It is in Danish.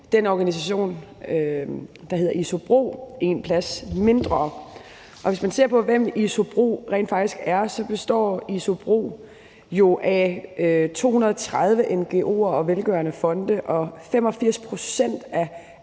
den organisation, der hedder ISOBRO, en plads mindre. Og hvis man ser på, hvem ISOBRO rent faktisk er, består ISOBRO jo af 230 ngo'er og velgørende fonde, og 85 pct. af